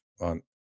on